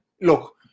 look